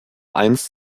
einst